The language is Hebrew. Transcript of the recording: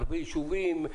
הרבה יישובים.